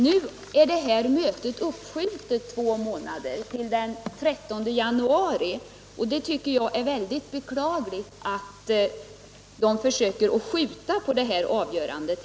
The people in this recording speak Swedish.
Nu är detta möte uppskjutet två månader, till den 13 januari. Jag tycker det är mycket beklagligt att man hela tiden försöker skjuta på avgörandet.